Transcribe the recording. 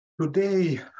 Today